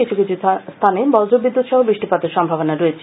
কিছু কিছু স্থানে বজ্রবিদ্যুৎ সহ বৃষ্টিপাতের সম্ভাবনা রয়েছে